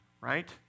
right